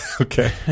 Okay